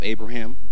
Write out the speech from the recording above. Abraham